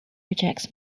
rejects